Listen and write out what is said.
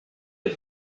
est